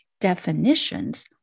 definitions